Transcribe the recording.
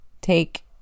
take